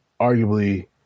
arguably